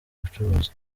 bucuruzi